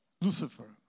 Lucifer